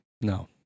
No